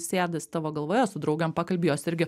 sėdas tavo galvoje su draugėm pakalbi jos irgi